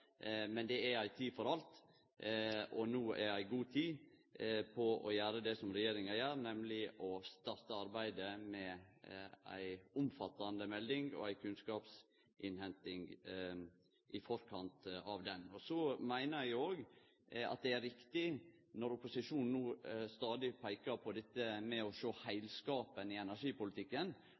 Men det er ei tid for alt. Og no er ei god tid for å gjere det som regjeringa gjer, nemleg å starte arbeidet med ei omfattande melding og ei kunnskapsinnhenting i forkant av ho. Så meiner eg òg at det er riktig, når opposisjonen no stadig peikar på dette med å sjå heilskapen i energipolitikken,